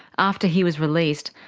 after he was released,